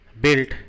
built